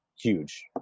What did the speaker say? huge